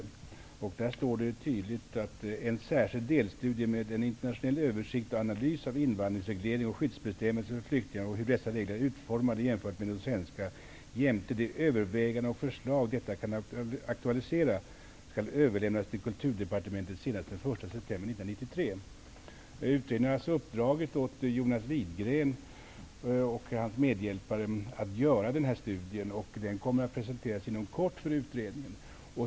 Av dessa direktiv framgår det tydligt att en särskild delstudie med en internationell översikt och analys av invandringsreglering och skyddsbestämmelse för flyktingar och hur dessa regler är utformade jämfört med de svenska jämte de överväganden och förslag detta kan aktualisera skall överlämnas till Kulturdepartementet senast den 1 september Utredningen har alltså uppdragit åt Jonas Widgren och hans medhjälpare att göra denna studie, som inom kort kommer att presenteras inför utredningen.